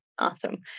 Awesome